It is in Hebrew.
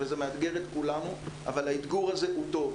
זה מאתגר את כולנו, אבל האתג.ר הזה הוא טוב.